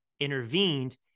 intervened